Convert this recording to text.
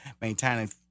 maintaining